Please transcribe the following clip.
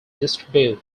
distribute